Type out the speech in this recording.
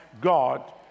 God